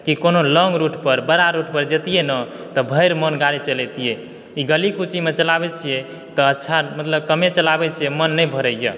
की कोनो long route पर बड़ा रूट पर जैतिए ने तऽ भरि मोन गाड़ी चलेबतियै ई गली कूचीमे चलाबै छियै तऽ अच्छा कमे चलाबै छियै मन नहि भरै यऽ